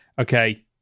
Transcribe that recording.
okay